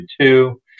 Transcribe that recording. two